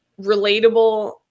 relatable